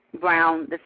Brown